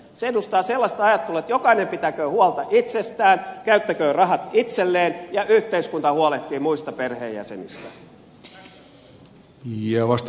se edustaa sellaista ajattelua että jokainen pitäköön huolta itsestään käyttäköön rahat itselleen ja yhteiskunta huolehtii muista perheenjäsenistä